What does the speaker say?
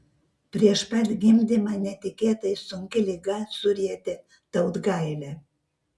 prieš pat gimdymą netikėtai sunki liga surietė tautgailę